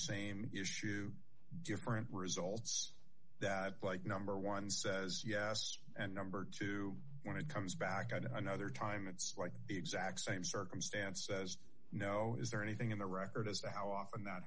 same issue different results that like number one says yes and number two when it comes back on another time it's like the exact same circumstance says no is there anything in the record as to how often